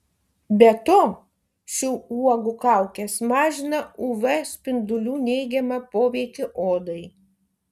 be to šių uogų kaukės mažina uv spindulių neigiamą poveikį odai